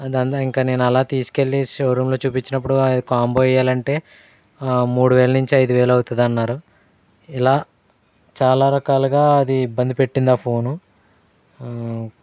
అది అంతా ఇంకా నేను అలా తీసుకెళ్ళి షోరూంలో చూపించినపుడు అది కాంబో వేయాలంటే మూడు వేల నుంచి ఐదు వేలు అవుతుందన్నారు ఇలా చాలా రకాలుగా అది ఇబ్బంది పెట్టింది ఆ ఫోను